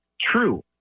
true